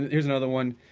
here's another one.